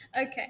Okay